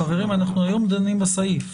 חברים, היום אנחנו דנים בסעיף.